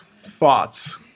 thoughts